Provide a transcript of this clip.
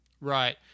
right